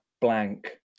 Blank